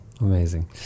Amazing